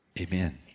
amen